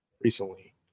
recently